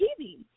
TV